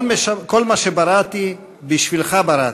"כל מה שבראתי, בשבילך בראתי,